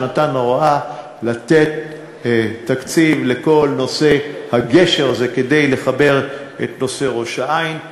שנתן הוראה לתת תקציב לכל הגשר הזה כדי לחבר את ראש-העין.